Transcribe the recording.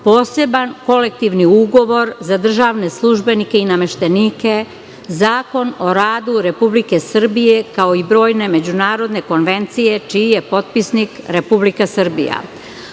Poseban kolektivni ugovor za državne službenike i nameštenike, Zakon o radu Republike Srbije, kao i brojne međunarodne konvencije, čiji je potpisnik Republika Srbija. Pored